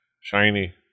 Shiny